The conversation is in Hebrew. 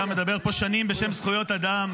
אתה מדבר פה שנים בשם זכויות אדם,